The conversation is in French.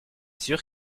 sûr